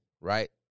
right